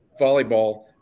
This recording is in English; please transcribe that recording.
volleyball